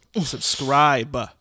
Subscribe